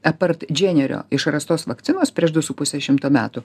apart dženerio išrastos vakcinos prieš du su puse šimto metų